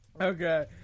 Okay